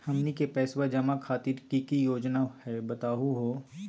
हमनी के पैसवा जमा खातीर की की योजना हई बतहु हो?